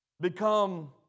become